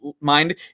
mind